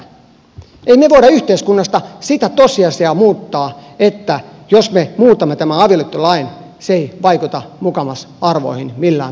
emme me voi yhteiskunnassa sitä tosiasiaa muuttaa että jos me muutamme tämän avioliittolain se ei vaikuta mukamas arvoihin millään tavoin